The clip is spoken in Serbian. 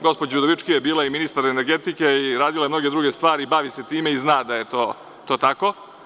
Gospođa Udovički je bila i ministar energetike i radila je mnoge druge stvari, bavi se time i zna da je to tako.